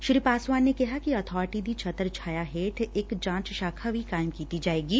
ਸ੍ਰੀ ਪਾਸਵਾਨ ਨੇ ਕਿਹਾ ਕਿ ਅਬਾਰਟੀ ਦੀ ਛੱਤਰ ਛਾਇਆ ਹੇਠ ਇਕ ਜਾਂਚ ਸਾਖ਼ਾ ਵੀ ਕਾਇਮ ਕੀਤੀ ਜਾਏਗੀ